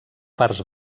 parts